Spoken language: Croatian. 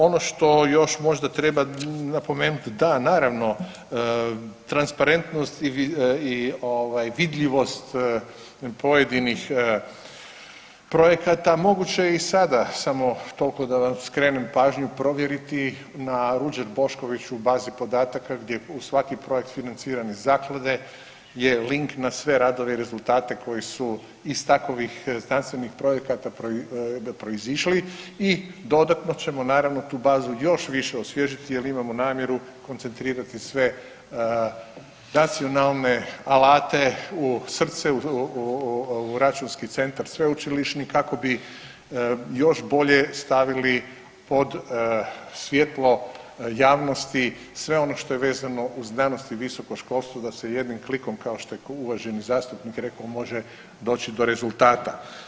Ono što još možda treba napomenuti, da naravno transparentnost i ovaj vidljivost pojedinih projekata moguće je i sada samo toliko da vam skrenem pažnju provjeriti na Ruđer Boškoviću u bazi podataka gdje uz svaki projekt financiran iz zaklade je link na sve radove i rezultate koji su iz takovih znanstvenih projekata proizišli i dodatno ćemo naravno tu bazu još više osvježiti jer imamo namjeru koncentrirati sve nacionalne alate u srce, u računski centar sveučilišni kako bi još bolje stavili pod svjetlo javnosti sve ono što je vezano uz znanost i visoko školstvo da se jednim klikom kao što je uvaženi zastupnik rekao može doći do rezultata.